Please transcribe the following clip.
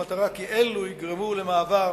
במטרה שאלו יגרמו למעבר